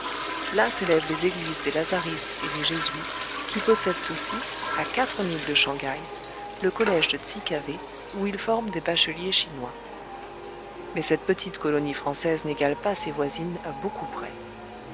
là s'élèvent les églises des lazaristes et des jésuites qui possèdent aussi à quatre milles de shang haï le collège de tsikavé où ils forment des bacheliers chinois mais cette petite colonie française n'égale pas ses voisines à beaucoup près